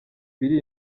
biri